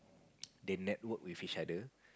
they network with each other